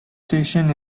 station